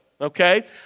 Okay